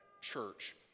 church